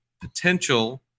potential